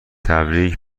تبریک